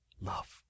love